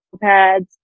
pads